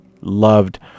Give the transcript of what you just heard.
loved